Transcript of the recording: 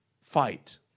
fight